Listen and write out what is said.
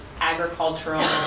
agricultural